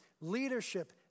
leadership